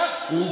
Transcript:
גס